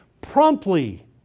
promptly